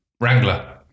Wrangler